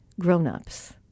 grown-ups